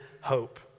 hope